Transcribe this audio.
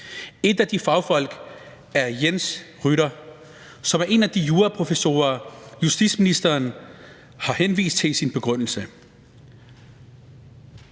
En af de fagfolk er Jens Rytter, som er en af de juraprofessorer, justitsministeren har henvist til i sin begrundelse.